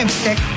stick